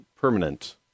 permanent